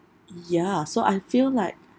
ya so I feel like